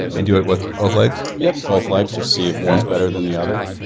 and do it with both legs? yeah. both legs to see if one's better than the other.